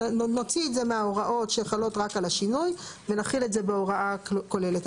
נוציא את זה מההוראות שחלות רק על השינוי ונחיל את זה בהוראה כוללת.